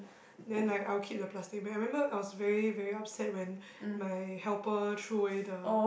then like I'll keep the plastic bag I remember I was very very upset when my helper threw away the